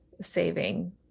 saving